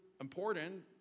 important